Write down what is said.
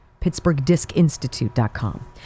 PittsburghDiscInstitute.com